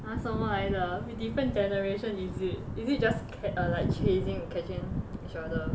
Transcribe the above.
!huh! 什么来的 we different generation is it is it just cat~ err like chasing and catching each other